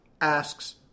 asks